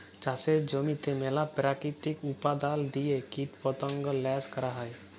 চাষের জমিতে ম্যালা পেরাকিতিক উপাদাল দিঁয়ে কীটপতঙ্গ ল্যাশ ক্যরা হ্যয়